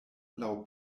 laŭ